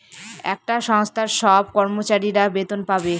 একটা সংস্থার সব কর্মচারীরা বেতন পাবে